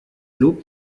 lob